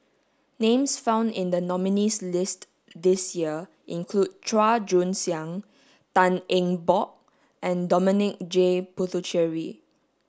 names found in the nominees list this year include Chua Joon Siang Tan Eng Bock and Dominic J Puthucheary